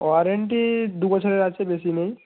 warranty দুবছরের আছে বেশি নেই